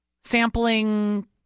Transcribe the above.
sampling